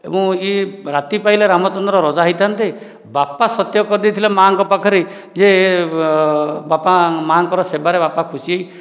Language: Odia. ଏବଂ ଏ ରାତି ପାହିଲେ ରାମଚନ୍ଦ୍ର ରାଜା ହୋଇଥାନ୍ତେ ବାପା ସତ୍ୟ କରିଦେଇଥିଲେ ମାଙ୍କ ପାଖରେ ଯେ ବାପା ମାଙ୍କର ସେବାରେ ବାପା ଖୁସି ହୋଇ